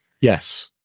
Yes